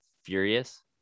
furious